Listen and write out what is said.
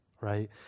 right